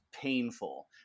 painful